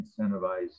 incentivize